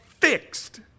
fixed